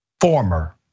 former